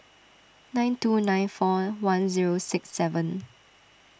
nine two nine four one zero six seven